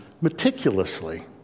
meticulously